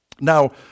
Now